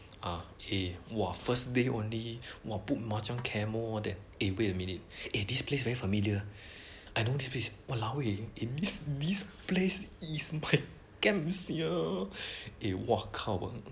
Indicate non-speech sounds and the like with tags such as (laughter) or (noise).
eh !wah! first day only !wah! put macam camo all that eh wait a minute eh this place very familiar I know this place eh !walao! eh eh this this place is my camp sia eh (noise) ah